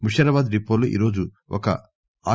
ముషీరాబాద్ డిపోలో ఈరోజు ఒక ఆర్